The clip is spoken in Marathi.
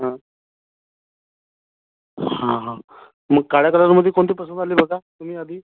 हा हा हा मग काळ्या कलरमध्ये कोणती पसंद आली बघा तुम्ही आधी